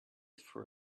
for